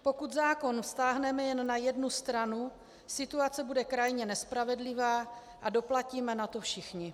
Pokud zákon vztáhneme jen na jednu stranu, situace bude krajně nespravedlivá a doplatíme na to všichni.